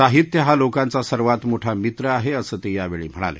साहित्य हा लोकांचा सर्वात मोठा मित्र आहे असं ते यावेळी म्हणाले